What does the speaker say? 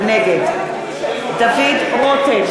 נגד דוד רותם,